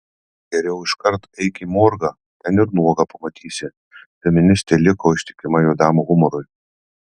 geriau iškart eik į morgą ten ir nuogą pamatysi feministė liko ištikima juodam humorui